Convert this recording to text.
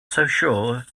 sure